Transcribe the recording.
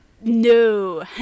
No